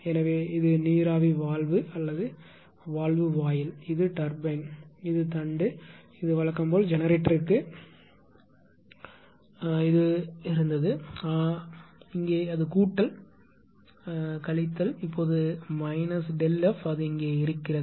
எனவே இதுவே நீராவி வால்வு அல்லது வால்வு வாயில் இது டர்பைன் இது தண்டு இது வழக்கம் போல் ஜெனரேட்டருக்கு இது முன்பு இருந்தது ஆனால் இங்கே அது கூட்டல் கழித்தல் இப்போது மைனஸ் ΔF அது இங்கே இருந்தது